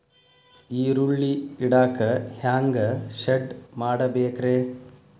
ಈರುಳ್ಳಿ ಇಡಾಕ ಹ್ಯಾಂಗ ಶೆಡ್ ಮಾಡಬೇಕ್ರೇ?